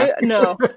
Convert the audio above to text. No